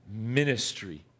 ministry